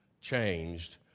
changed